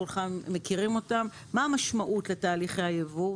כולכם מכירים אותן מה המשמעות לתהליכי הייבוא,